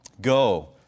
Go